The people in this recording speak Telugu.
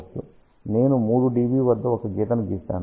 నేను 3 dB వద్ద ఒక గీతను గీసాను